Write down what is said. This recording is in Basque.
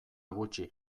gutxi